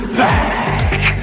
back